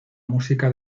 música